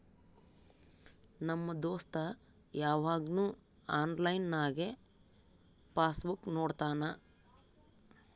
ನಮ್ ದೋಸ್ತ ಯವಾಗ್ನು ಆನ್ಲೈನ್ನಾಗೆ ಪಾಸ್ ಬುಕ್ ನೋಡ್ತಾನ